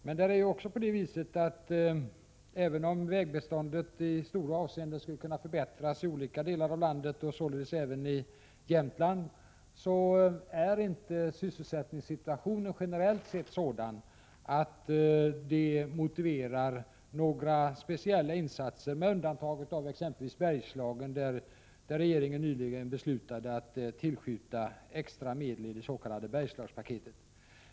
Men det är också så att även om vägbeståndet i många avseenden skulle kunna förbättras i olika delar av landet och således även i Jämtland, är inte sysselsättningssituationen generellt sett sådan att den motiverar några speciella insatser med undantag för exempelvis Bergslagen, där regeringen nyligen har beslutat att tillskjuta extra medel i det s.k. Bergslagspaketet.